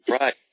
Right